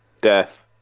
death